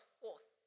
forth